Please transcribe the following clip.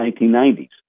1990s